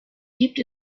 gibt